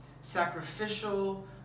sacrificial